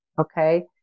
okay